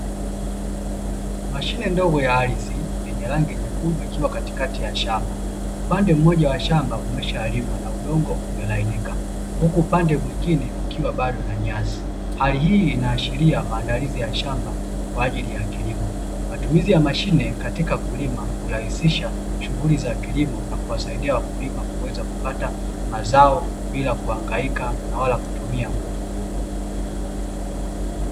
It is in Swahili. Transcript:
Mashine ndogo ya ardhi yenye rangi nyekundu, ikiwa katikati ya shamba upande mmoja wa shamba umeshaalimwa na udongo umelainika huku upande mwingine ukiwa bado na nyasi, hali hii inaashiria maandalizi ya shamba kwa ajili ya kilimo matumizi ya mashine katika kulima urahisisha shughuli za kilimo na kuwasaidia wakulima kuweza kupata mazao bila kuhangaika na wala kutumia nguvu.